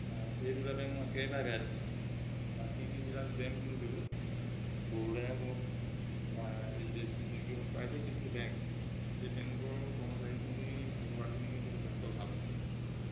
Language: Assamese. এই দুটা বেংক মই একেবাৰে বেয়া দেখিছোঁ বাকীিবিলাক বেংক কিন্তু বৰদাই হওক বা এইচ জি চি বিি বেংকেই হওক প্ৰাইভেট যিখিনি বেংক এই বেংকৰ কৰ্মচাৰীখিনি ব্যৱহাৰখিনি কিন্তু যথেষ্ট ভাল